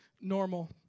normal